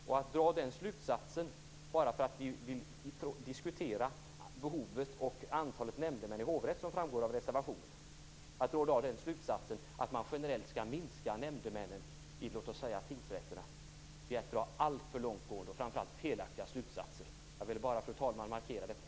Att Kia Andreasson drar slutsatsen att man generellt skall minska antalet nämndemän i låt oss säga tingsrätterna bara därför att vi vill diskutera behovet och antalet nämndemän i hovrätterna, som framgår av reservationen, är att dra alltför långtgående och framför allt felaktiga slutsatser. Fru talman! Jag ville bara markera detta.